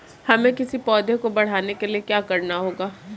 हमें किसी पौधे को बढ़ाने के लिये क्या करना होगा?